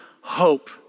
hope